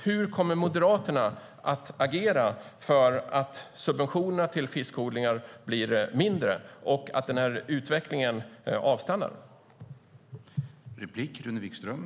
Hur kommer Moderaterna att agera för att subventionerna till fiskodlingar ska bli mindre och för att utvecklingen ska avstanna?